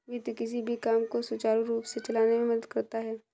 वित्त किसी भी काम को सुचारू रूप से चलाने में मदद करता है